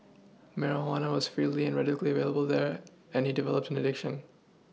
marijuana was freely and readily available there and he developed an addiction